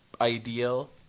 ideal